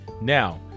Now